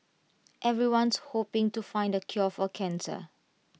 everyone's hoping to find the cure for cancer